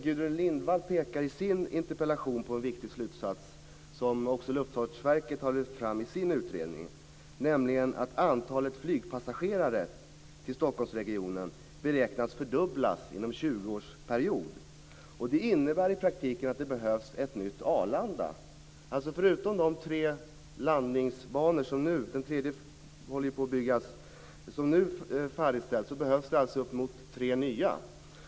Gudrun Lindvall pekar i sin interpellation på en viktig slutsats, som också Luftfartsverket har lyft fram i sin utredning, nämligen att antalet flygpassagerare till Stockholmsregionen beräknas fördubblas inom en tjugoårsperiod. Det innebär i praktiken att det behövs ett nytt Arlanda. Förutom de tre landningsbanor som färdigställs - den tredje håller på att byggas - behövs det alltså uppemot tre nya.